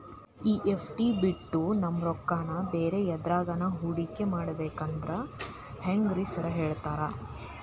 ಈ ಎಫ್.ಡಿ ಬಿಟ್ ನಮ್ ರೊಕ್ಕನಾ ಬ್ಯಾರೆ ಎದ್ರಾಗಾನ ಹೂಡಿಕೆ ಮಾಡಬೇಕಂದ್ರೆ ಹೆಂಗ್ರಿ ಸಾರ್ ಹೇಳ್ತೇರಾ?